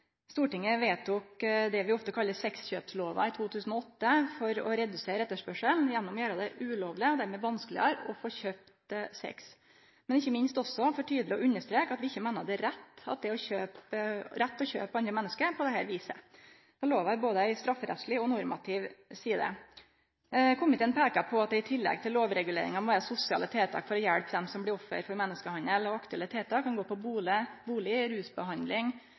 Stortinget vedtok det vi ofte kallar sexkjøplova, i 2008, for å redusere etterspørselen gjennom å gjere det ulovleg og dermed vanskelegare å få kjøpt sex, men ikkje minst også for tydeleg å understreke at vi ikkje meiner det er rett å kjøpe andre menneske på dette viset. Lova har både ei strafferettsleg og ei normativ side. Komiteen peikar på at det i tillegg til lovreguleringa må vere sosiale tiltak for å hjelpe dei som blir offer for menneskehandel. Aktuelle tiltak kan gå på bustad, rusbehandling